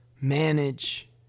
manage